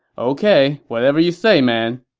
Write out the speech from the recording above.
ok, whatever you say, man.